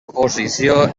posició